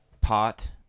pot